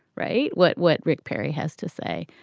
right. what what rick perry has to say